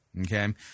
Okay